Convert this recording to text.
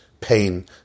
pain